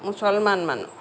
মুছলমান মানুহ